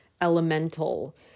elemental